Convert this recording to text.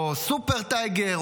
או סופר טייגר,